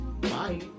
Bye